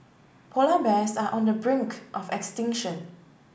polar bears are on the brink of extinction